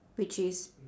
which is